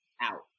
out